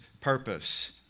purpose